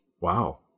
Wow